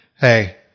hey